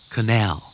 Canal